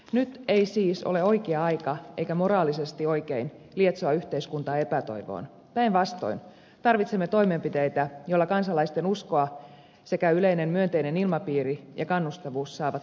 nyt ei siis ole oikea aika eikä moraalisesti oikein lietsoa yhteiskuntaa epätoivoon päinvastoin tarvitsemme toimenpiteitä joilla kansalaisten usko sekä yleinen myönteinen ilmapiiri ja kannustavuus saavat kasvualustaa